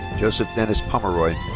joseph dennis pomeroy.